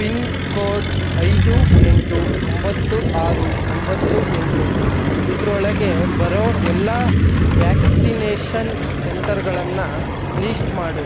pin code ಐದು ಎಂಟು ಒಂಬತ್ತು ಆರು ಒಂಬತ್ತು ಎಂಟು ಇದರೊಳಗೆ ಬರೋ ಎಲ್ಲ ವ್ಯಾಕ್ಸಿನೇಷನ್ ಸೆಂಟರ್ಗಳನ್ನು ಲಿಸ್ಟ್ ಮಾಡು